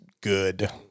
good